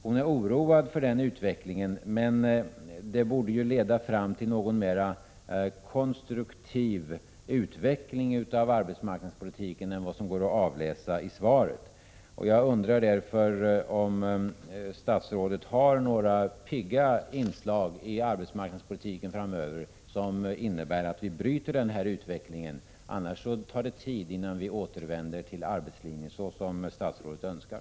Hon är oroad för den utvecklingen, men det borde ju leda fram till någon mer konstruktiv utveckling av arbetsmarknadspolitiken än vad som går att utläsa av svaret. Jag undrar därför om statsrådet har några pigga inslag i arbetsmarknadspolitiken framöver, som innebär att vi bryter denna utveckling. Annars tar det tid innan vi återvänder till arbetslinjen, såsom statsrådet önskar.